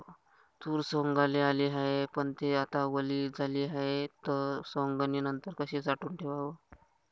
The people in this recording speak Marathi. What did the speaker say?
तूर सवंगाले आली हाये, पन थे आता वली झाली हाये, त सवंगनीनंतर कशी साठवून ठेवाव?